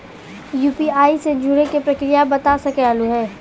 UPI से जुड़े के प्रक्रिया बता सके आलू है?